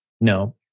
No